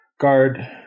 guard